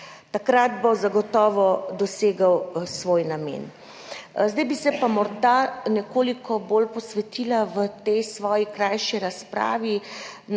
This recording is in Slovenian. Takrat bo zagotovo dosegel svoj namen. Zdaj bi se pa morda nekoliko bolj posvetila v tej svoji krajši razpravi